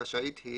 רשאית היא,